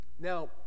Now